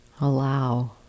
allow